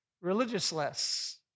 Religious-less